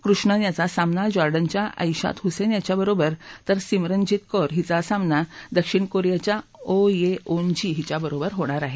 कृष्णन याचा सामना जॉर्डनच्या ऐशात डूसेन याच्या बरोबर तर सिमरनजीत कौर हिचा सामना दक्षिण कोरियाच्या ओह ये ओन जी हिच्याबरोबर होणार आहे